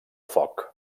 foc